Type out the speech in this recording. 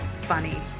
funny